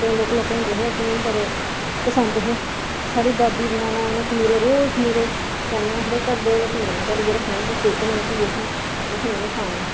जदूं लौह्के लौह्के होंदे हे असेंगी बड़े पसंद हे साढ़ी दादी बनाना उनें खमीरे रोज खमीरे करदे आखना घड़दे खमीरे रक्खने फ्ही सेकने फ्ही अहें ओह् खमीरे खाने